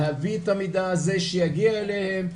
להביא את המידע הזה שיגיע אליהם,